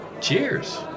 Cheers